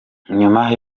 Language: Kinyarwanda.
nyuma